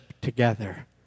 together